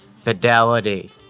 Fidelity